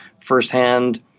firsthand